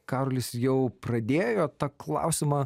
karolis jau pradėjo tą klausimą